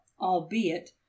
albeit